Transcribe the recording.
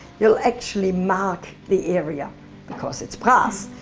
you'll actually mark the area because it's brass.